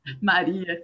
Maria